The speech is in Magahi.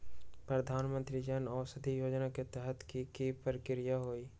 प्रधानमंत्री जन औषधि योजना के तहत की की प्रक्रिया होई?